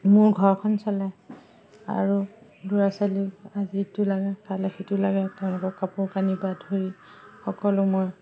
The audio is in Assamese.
মোৰ ঘৰখন চলে আৰু ল'ৰা ছোৱালী আজি ইটো লাগে কাইলে সিটো লাগে তেওঁলোকৰ কাপোৰ কানিৰ পৰা ধৰি সকলো মই